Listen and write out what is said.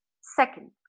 second